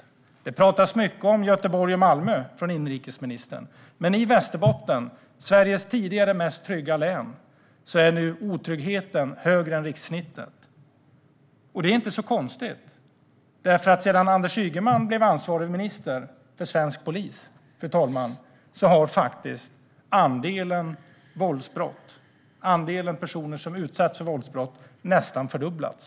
Inrikesministern pratar mycket om Göteborg och Malmö, men i Västerbotten, Sveriges tidigare mest trygga län, är nu andelen otrygga högre än rikssnittet. Och det är inte så konstigt, därför att sedan Anders Ygeman blev ansvarig minister för svensk polis, fru ålderspresident, har andelen personer som utsatts nästan fördubblats.